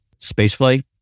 spaceflight